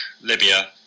Libya